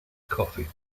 coffee